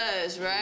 right